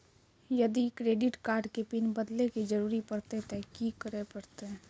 यदि credit card के pin बदले के जरूरी परतै ते की करे परतै?